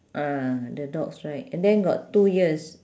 ah the dogs right and then got two ears